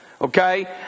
Okay